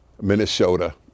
Minnesota